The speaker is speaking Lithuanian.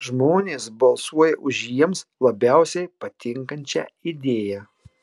žmonės balsuoja už jiems labiausiai patinkančią idėją